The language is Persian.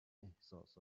احسسات